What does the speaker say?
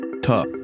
tough